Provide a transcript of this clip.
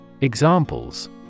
Examples